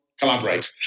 Collaborate